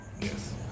Yes